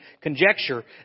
conjecture